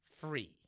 free